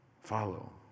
follow